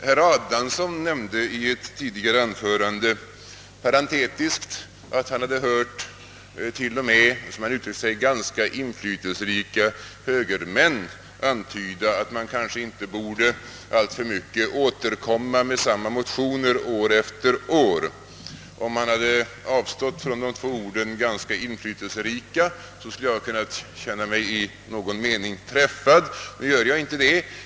Herr Adamsson nämnde i ett tidigare anförande parentetiskt att han hade hört till och med, som han uttryckte sig, ganska inflytelserika högermän antyda, att man kanske inte borde alltför mycket återkomma med samma motioner år efter år. Om han hade avstått från de två orden »ganska inflytelserika», skulle jag ha kunnat känna mig i någon mån träffad. Nu gör jag inte det.